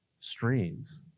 streams